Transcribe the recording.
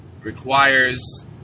requires